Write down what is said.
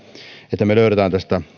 että me löydämme tästä